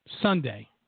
Sunday